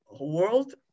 world